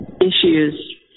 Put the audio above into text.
issues